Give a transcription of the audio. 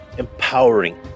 empowering